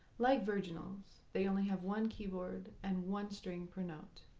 like virginals, they only have one keyboard and one string per note.